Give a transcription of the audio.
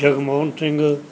Jagmohan Singh